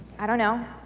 i don't know.